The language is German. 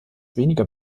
weniger